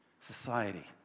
society